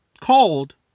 called